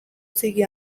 txiki